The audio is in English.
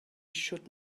should